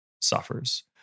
suffers